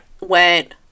Went